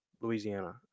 Louisiana